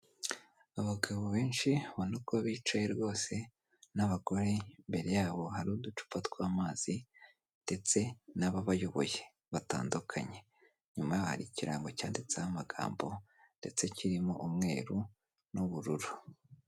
Abagabo benshi ubona uko bicaye rwose n'abagore. Imbere yabo hari uducupa tw'amazi ndetse n'ababayoboye batandukanye. Inyuma hari ikirango cyanditseho amagambo ndetse kirimo umweru n'ubururu.